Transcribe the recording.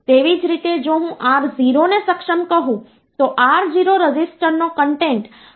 તેથી તે પછી આ મૂલ્ય 0 થઈ ગયું છે અને ફરીથી ગુણાકાર કરવાનો કોઈ અર્થ નથી